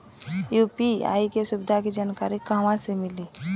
UPI के सुविधा के जानकारी कहवा से मिली?